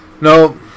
No